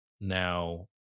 now